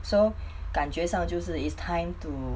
so 感觉上就是 is time to